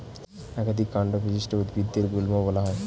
একাধিক কান্ড বিশিষ্ট উদ্ভিদদের গুল্ম বলা হয়